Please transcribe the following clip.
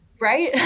right